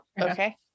okay